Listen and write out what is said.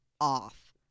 off